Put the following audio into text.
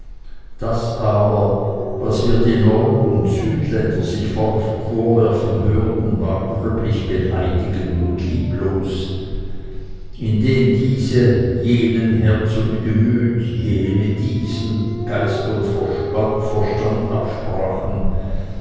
das aber was wir die nord und südländer sich vorwerfen hörten war gröblich beleidigend und lieblos indem diese jenen herz und gemüt jene diesen geist und verstand absprachen